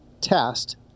test